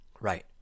right